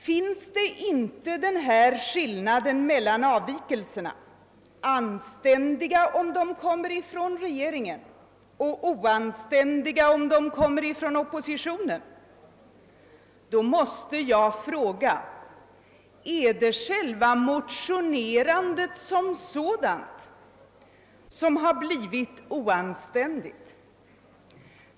Föreligger inte denna skillnad beträffande avvikelserna — anständiga om de kommer från regeringen och oanständiga om de kommer från oppositionen — måste jag fråga om det är själva motionerandet som blivit oanständigt.